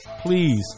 please